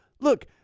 look